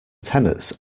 tenets